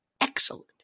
excellent